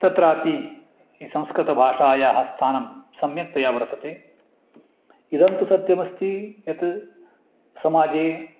तत्रापि संस्कृतभाषायाः स्थानं सम्यक्तया वर्तते इदन्तु सत्यमस्ति यत् समाजे